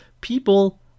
people